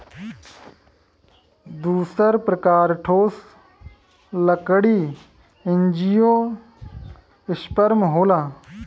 दूसर प्रकार ठोस लकड़ी एंजियोस्पर्म होला